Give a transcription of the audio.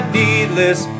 needless